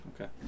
Okay